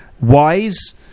wise